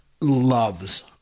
loves